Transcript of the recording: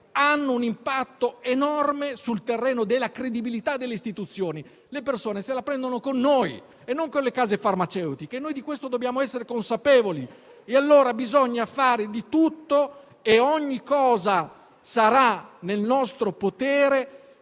hanno un impatto enorme sul terreno della credibilità delle istituzioni: le persone se la prendono con noi e non con le case farmaceutiche. Di questo dobbiamo essere consapevoli, pertanto bisogna fare di tutto e ogni cosa che sarà nel nostro potere,